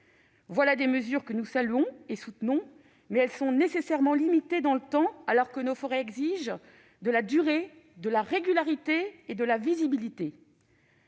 Voilà des mesures que nous saluons et soutenons, mais elles sont nécessairement limitées dans le temps, alors que nos forêts exigent de la durée, de la régularité et de la visibilité.